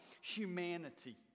humanity